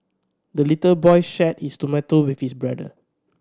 the little boy shared his tomato with his brother